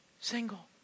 single